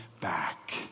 back